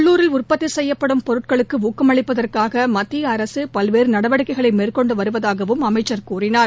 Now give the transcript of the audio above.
உள்ளூரில் உற்பத்தி செய்யப்படும் பொருட்களுக்கு ஊக்கமளிப்பதற்காக மத்திய அரசு பல்வேறு நடவடிக்கைகளை மேற்கொண்டு வருவதாகவும் அமைச்சர் கூறினார்